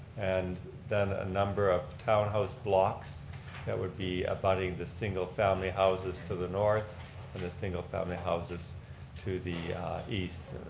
and then a number of townhouse blocks that would be abutting the family houses to the north and the single family houses to the east.